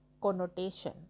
connotation